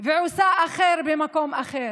ועושה אחר במקום אחר.